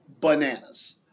bananas